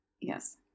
Yes